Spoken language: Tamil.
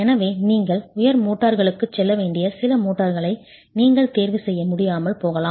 எனவே நீங்கள் உயர் மோர்டார்களுக்கு செல்ல வேண்டிய சில மோட்டார்களை நீங்கள் தேர்வு செய்ய முடியாமல் போகலாம்